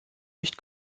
nicht